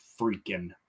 freaking